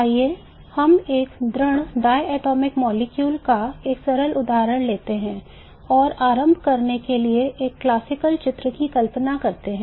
आइए हम एक दृढ़ diatomic molecule का एक सरल उदाहरण लेते हैं और आरंभ करने के लिए एक क्लासिकल चित्र की कल्पना करते हैं